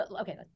okay